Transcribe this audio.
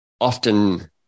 often